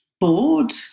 bored